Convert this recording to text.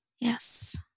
Yes